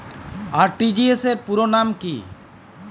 RTGS পুরো নাম কি?